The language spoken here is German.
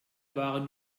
waren